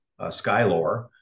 Skylore